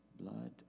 blood